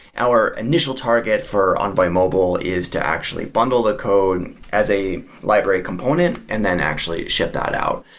our initial target for envoy mobile is to actually bundle the code as a library component and then actually ship that out.